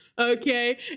okay